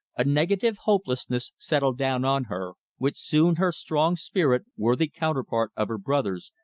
a negative hopelessness settled down on her, which soon her strong spirit, worthy counterpart of her brother's,